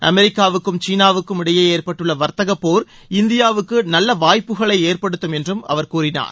ஆமெரிக்காவுக்கும் சீனாவுக்கும் இடையே ஏற்பட்டுள்ள வர்த்தகப்போர் இந்தியாவுக்கு நல்ல வாய்ப்புக்களை ஏற்படுத்தும் என்றும் அவர் கூறினார்